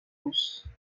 russe